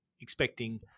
expecting